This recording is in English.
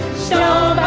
so